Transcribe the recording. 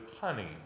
honey